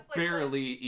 barely